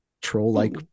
troll-like